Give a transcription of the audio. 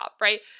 right